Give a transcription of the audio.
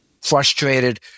frustrated